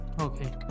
Okay